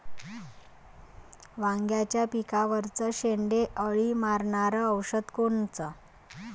वांग्याच्या पिकावरचं शेंडे अळी मारनारं औषध कोनचं?